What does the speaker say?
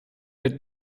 that